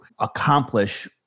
accomplish